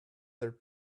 their